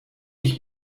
ich